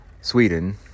Sweden